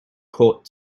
caught